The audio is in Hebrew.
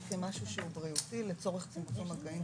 זה משהו שהוא בריאותי לצורך צמצום מגעים